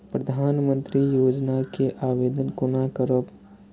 प्रधानमंत्री योजना के आवेदन कोना करब?